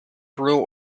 rule